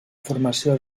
formació